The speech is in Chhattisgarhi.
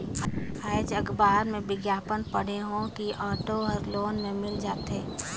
आएज अखबार में बिग्यापन पढ़े हों कि ऑटो हर लोन में मिल जाथे